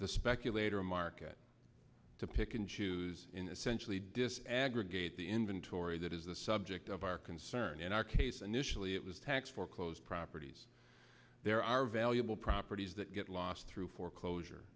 the speculator market to pick and choose in this century dis aggregate the inventory that is the subject of our concern in our case and usually it was tax foreclosed properties there are valuable properties that get lost through foreclosure